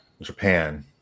Japan